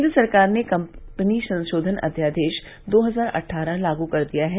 केन्द्र सरकार ने कंपनी संशोधन अध्यादेश दो हजार अट्ठारह लागू कर दिया है